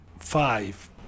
Five